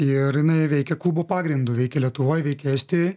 ir jinai veikia klubo pagrindu veikia lietuvoj veikia estijoj